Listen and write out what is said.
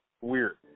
Weird